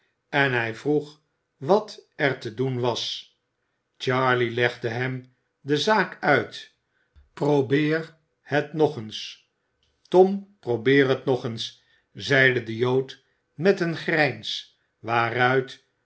en hij vroeg wat er te doen was charley legde hem de zaak uit probeer het nog eens tom probeer het nog eens zeide de jood met een grijns waaruit